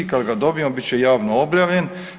Kada ga dobijemo bit će javno objavljen.